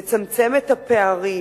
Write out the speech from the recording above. לצמצם פערים.